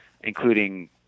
including